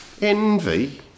envy